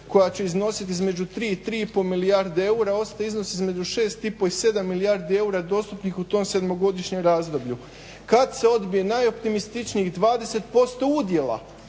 koja će iznositi između 3 i 3 i pol milijardi eura ostaje iznos između 6 i pol i 7 milijardi eura dostupnih u tom sedmogodišnjem razdoblju. Kad se odbije najoptimističnijih 20% udjela